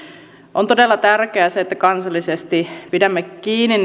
on todella tärkeää että kansallisesti pidämme kiinni